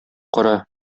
кара